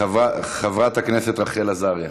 חברת הכנסת רחל עזריה,